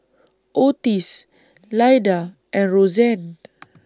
Ottis Lyda and Roseanne